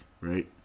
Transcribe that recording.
right